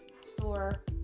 store